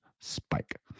spike